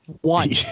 one